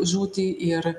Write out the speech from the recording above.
žūtį ir